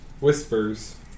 whispers